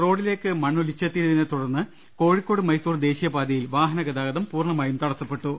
റോഡിലേക്ക് മണ്ണൊലിച്ചെത്തിയതിനെ തുടർന്ന് കോഴി ക്കോട് മൈസൂർ പാതയിൽ വാഹനഗതാഗതം പൂർണമായി തടസ്സ പ്പെട്ടു